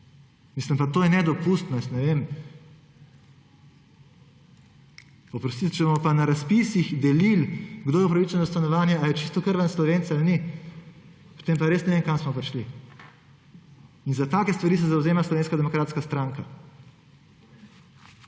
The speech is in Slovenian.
pišejo – to je nedopustno izreči. Ne vem, oprostite, če bomo pa na razpisih delili, kdo je upravičen do stanovanja, glede na to, ali je čistokrvni Slovenec ali ni, potem pa res ne vem, kam smo prišli. In za take stvari se zavzema Slovenska demokratska stranka.